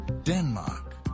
Denmark